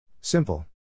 Simple